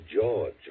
George